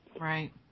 Right